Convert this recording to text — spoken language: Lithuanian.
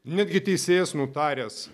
netgi teisėjas nutaręs